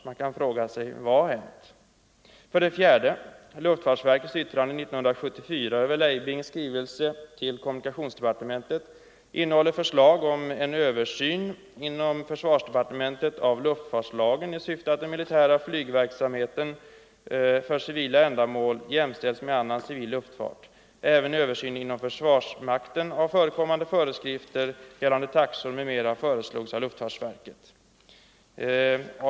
Man kan fråga sig: Vad har hänt? Luftfartsverkets yttrande 1974 över Leibings skrivelse till kommunikationsdepartementet innehåller förslag om en översyn inom försvarsdepartementet av luftfartslagen i syfte att den militära flygverksamheten för civila ändamål skall jämställas med civil luftfart. Även en översyn inom försvarsmakten av förekommande föreskrifter gällande taxor m.m. föreslogs av luftfartsverket.